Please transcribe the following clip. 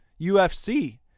UFC